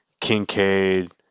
Kincaid